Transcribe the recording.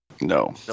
No